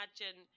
imagine